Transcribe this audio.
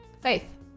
Faith